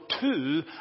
two